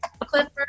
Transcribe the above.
clippers